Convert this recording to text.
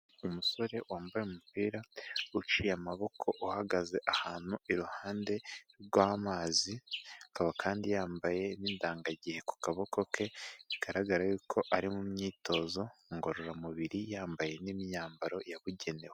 Umusore wambaye umupira uciye amaboko uhagaze ahantu iruhande rw'amazi, akaba kandi yambaye n'indangagihe ku kaboko ke bigaragara yuko ari mu myitozo ngororamubiri yambaye n'imyambaro yabugenewe.